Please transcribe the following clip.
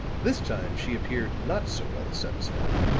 this time she appeared not so well satisfied,